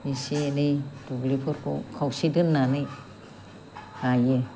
एसे एनै दुब्लिफोरखौ खावसे दोननानै गायो